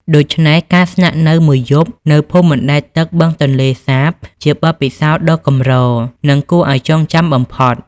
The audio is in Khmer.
ដូច្នេះ ការស្នាក់នៅមួយយប់នៅភូមិបណ្ដែតទឹកបឹងទន្លេសាបជាបទពិសោធន៍ដ៏កម្រ និងគួរឱ្យចងចាំបំផុត។